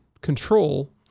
control